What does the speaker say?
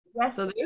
yes